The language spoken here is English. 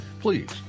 Please